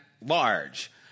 large